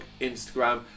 Instagram